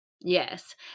yes